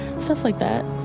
stuff like that.